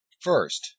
First